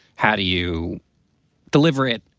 how do you deliver it?